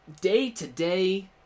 day-to-day